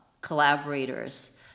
collaborators